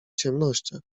ciemnościach